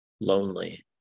lonely